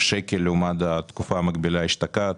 שקל לעומת התקופה המקבילה אשתקד,